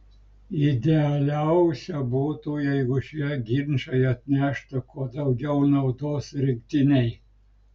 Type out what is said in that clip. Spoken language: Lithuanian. idealiausia būtų jeigu šie ginčai atneštų kuo daugiau naudos rinktinei